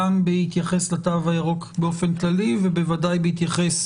גם בהתייחס לתו הירוק באופן כללי ובוודאי בהתייחס